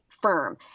firm